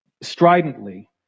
stridently